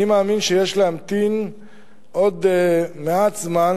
אני מאמין שיש להמתין עוד מעט זמן,